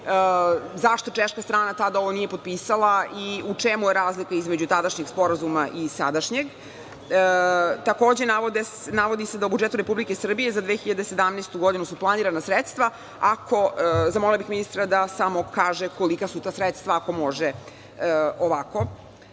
zašto Češka strana tada ovo nije potpisala i u čemu je razlika između tadašnjeg sporazuma i sadašnjeg? Takođe, navodi se da u budžetu Republike Srbije za 2017. godinu su planirana sredstva, zamolila bih ministra da samo kaže kolika su to sredstva ako može. Predlog